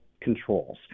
controls